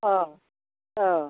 अह अह